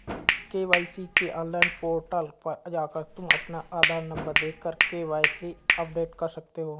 KYC के online portal पर जाकर तुम अपना आधार नंबर देकर के.वाय.सी अपडेट कर सकते हो